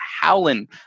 howling